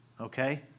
okay